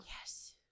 Yes